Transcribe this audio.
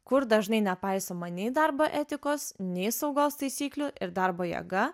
kur dažnai nepaisoma nei darbo etikos nei saugos taisyklių ir darbo jėga